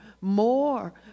more